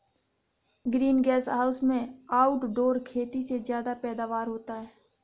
green gas house में outdoor खेती से ज्यादा पैदावार होता है